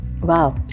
Wow